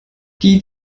die